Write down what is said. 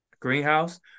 Greenhouse